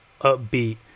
upbeat